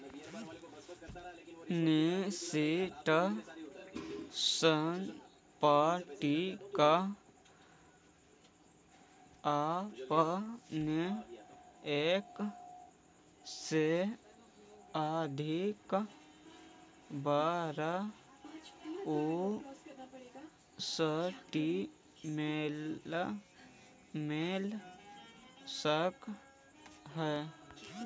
निश्चित संपत्ति के अपने एक से अधिक बार इस्तेमाल में ला सकऽ हऽ